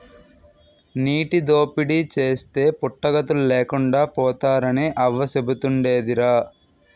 నీటి దోపిడీ చేస్తే పుట్టగతులు లేకుండా పోతారని అవ్వ సెబుతుండేదిరా